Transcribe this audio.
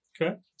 Okay